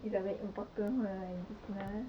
these are very important for like